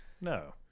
No